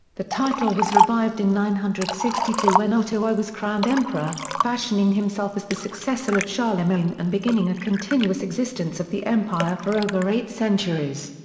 the title was revived in nine hundred and sixty two when otto i was crowned emperor, fashioning himself as the successor of charlemagne and beginning a continuous existence of the empire for over eight centuries.